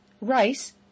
Rice